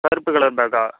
கருப்பு கலர் பேக்கா